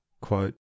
quote